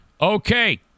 Okay